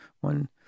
one